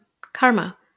karma